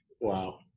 Wow